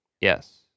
Yes